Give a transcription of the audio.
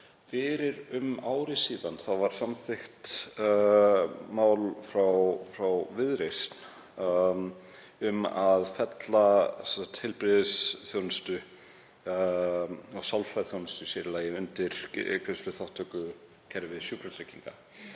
fyrir um ári síðan var samþykkt mál frá Viðreisn um að fella heilbrigðisþjónustu, sálfræðiþjónustu sér í lagi, undir greiðsluþátttökukerfi Sjúkratrygginga.